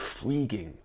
intriguing